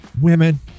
Women